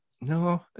no